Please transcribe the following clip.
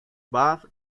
bath